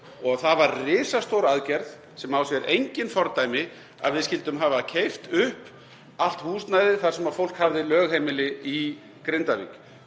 Það var risastór aðgerð sem á sér engin fordæmi að við skyldum hafa keypt upp allt húsnæði þar sem fólk hafði lögheimili í Grindavík